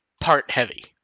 part-heavy